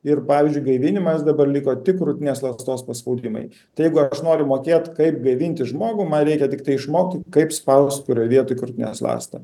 ir pavyzdžiui gaivinimas dabar liko tik krūtinės ląstos paspaudimai tai jeigu aš noriu mokėt kaip gaivinti žmogų man reikia tiktai išmokti kaip spaust kurioje vietoj krūtinės ląstą